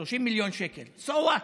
30 מיליון שקל.So what,